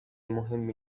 مهمی